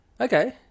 Okay